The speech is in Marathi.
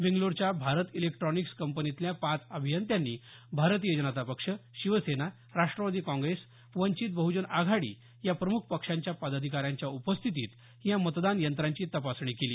बेंगलोरच्या भारत इलेक्ट्रॉनिक्स कंपनीतल्या पाच अभियंत्यांनी भारतीय जनता पक्ष शिवसेना राष्ट्रवादी काँग्रेस वंचित बह्जन आघाडी या प्रमुख पक्षांच्या पदाधिकाऱ्यांच्या उपस्थितीत या मतदान यंत्रांची तपासणी केली